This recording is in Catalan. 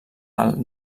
alt